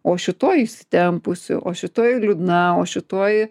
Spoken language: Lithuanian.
o šitoji įsitempusi o šitoji liūdna o šitoji